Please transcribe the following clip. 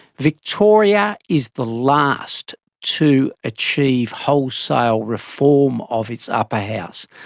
victoria is the last to achieve wholesale reform of its upper house.